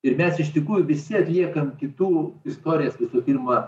ir mes iš tikrųjų visi atliekam kitų istorijas visų pirma